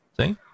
See